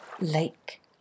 lake